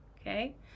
Okay